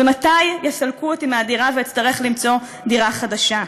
ומתי יסלקו אותי מהדירה ואצטרך למצוא דירה חדשה.